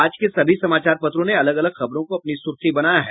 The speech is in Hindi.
आज के सभी समाचार पत्रों ने अलग अलग खबरों को अपनी सुर्खी बनाया है